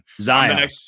Zion